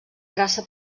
traça